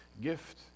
gift